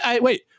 Wait